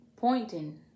pointing